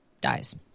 dies